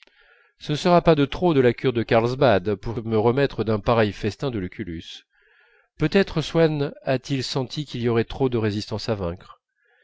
ce ne sera pas de trop de la cure de carlsbad pour me remettre d'un pareil festin de lucullus peut-être swann a-t-il senti qu'il y aurait trop de résistances à vaincre